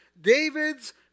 David's